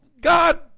God